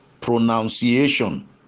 pronunciation